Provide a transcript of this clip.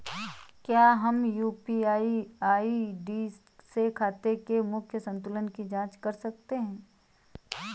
क्या हम UPI ID से खाते के मूख्य संतुलन की जाँच कर सकते हैं?